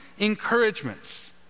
encouragements